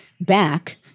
back